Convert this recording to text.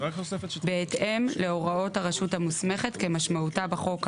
בהתאם להוראות הרשות המוסמכת כמשמעותה בחוק האמור,